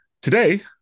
today